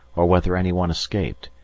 or whether anyone escaped,